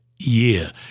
year